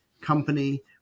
company